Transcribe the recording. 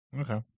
Okay